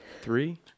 three